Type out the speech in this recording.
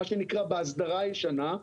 מה שנקרא בהסדרה ישנה,